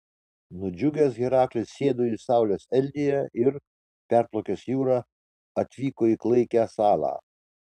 nudžiugęs heraklis sėdo į saulės eldiją ir perplaukęs jūrą atvyko į klaikią salą